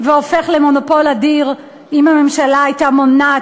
והופך למונופול אדיר אם הממשלה הייתה מונעת